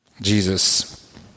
Jesus